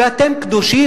ואתם קדושים,